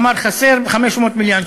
אמר: חסר 500 מיליון שקל.